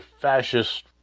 fascist